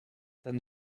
ten